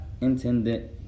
intended